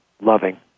loving